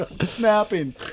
snapping